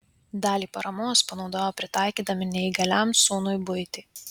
dalį paramos panaudojo pritaikydami neįgaliam sūnui buitį